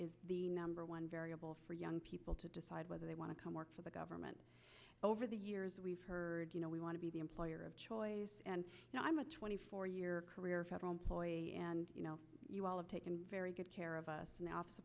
shown the number one variable for young people to decide whether they want to come work for the government over the years we've heard you know we want to be the employer of choice and i'm a twenty four year career federal employee and you know you all have taken very good care of us